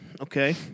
okay